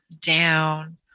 down